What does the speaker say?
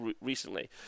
recently